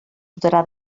dotarà